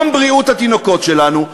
גם בריאות התינוקות שלנו,